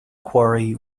quarry